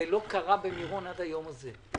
זה לא קרה במירון עד היום הזה.